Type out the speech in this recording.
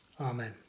Amen